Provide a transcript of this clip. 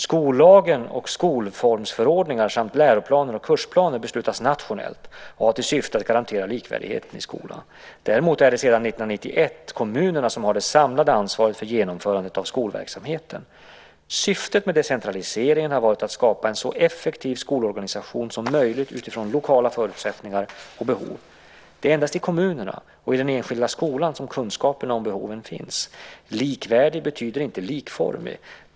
Skollagen och skolformsförordningar samt läroplaner och kursplaner beslutas nationellt och har till syfte att garantera likvärdigheten i skolan. Däremot är det sedan 1991 kommunerna som har det samlade ansvaret för genomförande av skolverksamheten. Syftet med decentraliseringen har varit att skapa en så effektiv skolorganisation som möjligt utifrån lokala förutsättningar och behov. Det är endast i kommunerna och i den enskilda skolan som kunskaperna om behoven finns. Likvärdig betyder inte likformig.